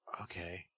Okay